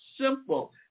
simple